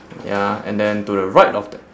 ya and then to the right of that